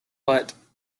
was